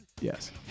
Yes